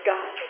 God